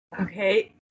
Okay